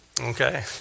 Okay